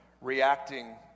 reacting